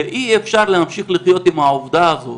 ואי-אפשר להמשיך לחיות עם העובדה הזאת,